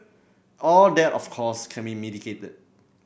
all that of course can be mitigated